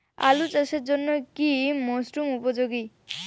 আলু চাষের জন্য কি মরসুম উপযোগী?